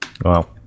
Wow